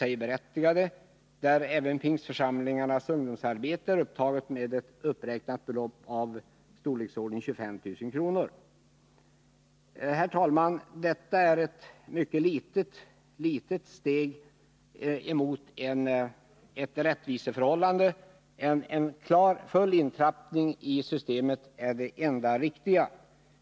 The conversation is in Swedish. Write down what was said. Där är även anslaget till pingstförsamlingarnas ungdomsarbete uppräknat med ett belopp i storleksordningen 25 000 kr. Herr talman! Detta är ett mycket litet steg mot ett rättvist förhållande — en full intrappning i systemet är det enda riktiga.